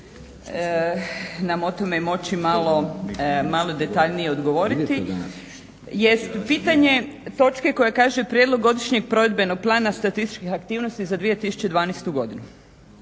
nam o tome moći malo detaljnije odgovorit. Jest pitanje točke koja kaže prijedlog godišnjeg provedbenog plana statističkih aktivnosti za 2012. godinu.